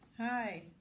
Hi